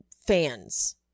fans